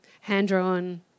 hand-drawn –